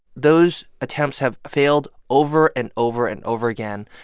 those attempts have failed over and over and over again,